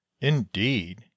indeed